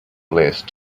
list